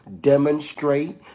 demonstrate